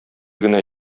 генә